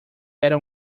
era